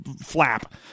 flap